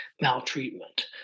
maltreatment